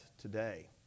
today